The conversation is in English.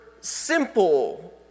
simple